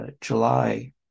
July